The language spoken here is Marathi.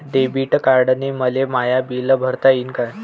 डेबिट कार्डानं मले माय बिल भरता येईन का?